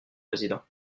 président